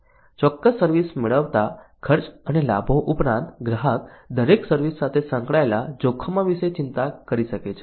ચોક્કસ સર્વિસ મેળવતા ખર્ચ અને લાભો ઉપરાંત ગ્રાહક દરેક સર્વિસ સાથે સંકળાયેલા જોખમો વિશે ચિંતા કરી શકે છે